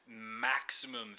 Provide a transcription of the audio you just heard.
maximum